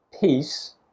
peace